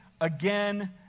again